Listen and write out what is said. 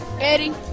eddie